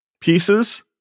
pieces